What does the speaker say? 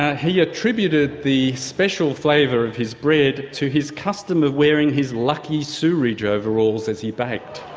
ah he attributed the special flavour of his bread to his custom of wearing his lucky sewerage overalls as he baked.